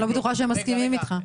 לא בטוח שהם מסכימים איתך.